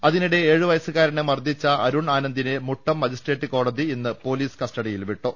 അതിനിടെ ഏഴു വയസ്സുകാരനെ മർദ്ദിച്ച അരൂൺ ആനന്ദിനെ മുട്ടം മജിസ്ട്രേറ്റ് കോടതി പൊലീസ് കസ്റ്റഡിയിൽ വിട്ടു